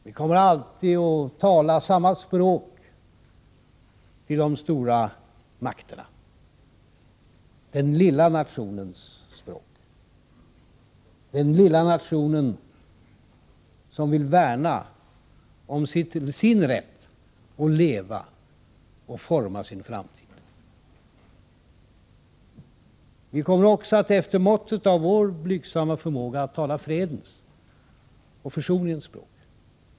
Vi kommer alltid att tala samma språk till de stora makterna — den lilla nationens språk. Det är den lilla nationen som vill värna om sin rätt att leva och forma sin framtid. Vi kommer också att efter måttet av vår blygsamma förmåga tala fredens och försoningens språk.